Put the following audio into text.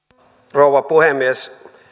rouva puhemies